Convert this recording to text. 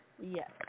Yes